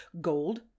gold